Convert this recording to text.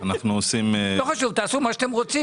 ומייצרים אימפקט תחרותי,